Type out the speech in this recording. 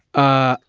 ah,